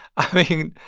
i mean,